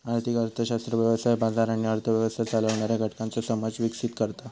आर्थिक अर्थशास्त्र व्यवसाय, बाजार आणि अर्थ व्यवस्था चालवणाऱ्या घटकांचो समज विकसीत करता